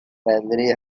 valerie